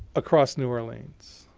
across new orleans.